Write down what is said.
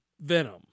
Venom